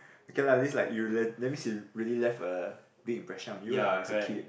okay lah at least like you le~ that means he really left a big impression on you lah as a kid